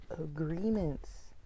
agreements